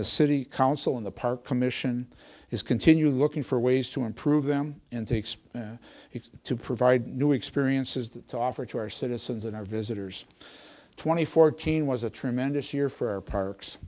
the city council in the park commission is continue looking for ways to improve them and to expand to provide new experiences to offer to our citizens and our visitors twenty fourteen was a tremendous year for our parks